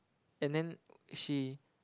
and then she